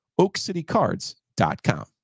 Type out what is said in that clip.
OakCityCards.com